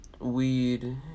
weed